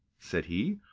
said he.